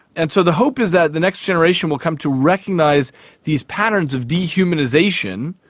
and so the hope is that the next generation will come to recognise these patterns of dehumanisation,